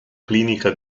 clinica